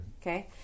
okay